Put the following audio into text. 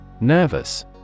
Nervous